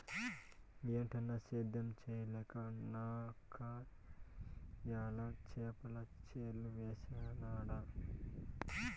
ఏటన్నా, సేద్యం చేయలేక నాకయ్యల చేపల చెర్లు వేసినాడ